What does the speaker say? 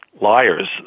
liars